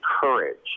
courage